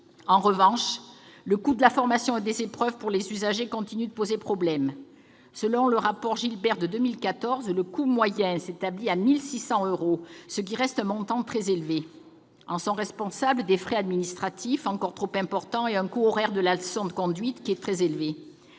En revanche, le coût de la formation et des épreuves pour les usagers continue de poser problème. Selon le rapport remis en 2014 par Mme Florence Gilbert, ce coût s'établit en moyenne à 1 600 euros, ce qui reste un montant très élevé. En sont responsables des frais administratifs encore trop importants et un coût horaire de la leçon de conduite très élevé.